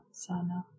sana